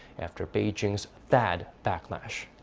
after beijing's thaad backlash.